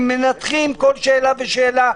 הם מנתחים כל שאלה ושאלה.